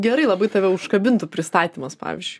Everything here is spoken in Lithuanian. gerai labai tave užkabintų pristatymas pavyzdžiui